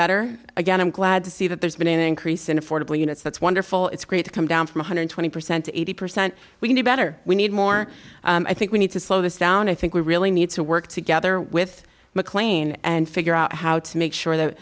better again i'm glad to see that there's been an increase in affordable units that's wonderful it's great to come down from one hundred and twenty percent to eighty percent we need better we need more i think we need to slow this down i think we really need to work together with mclean and figure out how to make sure that